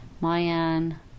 Mayan